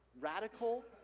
radical